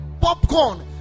popcorn